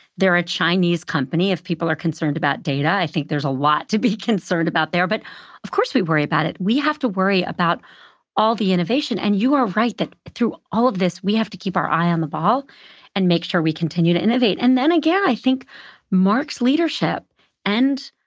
they're a chinese company. if people are concerned about data, i think there's a lot to be concerned about there. but of course we worry about it. we have to worry about all the innovation. and you are right that, through all of this, we have to keep our eye on the ball and make sure we continue to innovate. and then again, i think mark's leadership and,